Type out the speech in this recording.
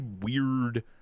weird